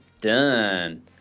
done